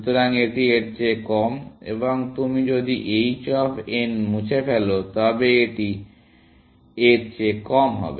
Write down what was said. সুতরাং এটি এর চেয়ে কম এবং তুমি যদি h অফ n মুছে ফেলো তবে তুমি এটি এর চেয়ে কম পাবে